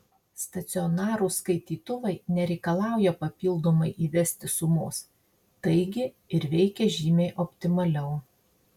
stacionarūs skaitytuvai nereikalauja papildomai įvesti sumos taigi ir veikia žymiai optimaliau